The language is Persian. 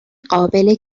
قابل